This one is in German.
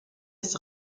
des